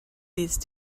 these